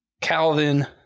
Calvin